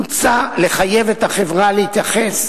הוצע לחייב את החברה להתייחס